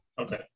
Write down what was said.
Okay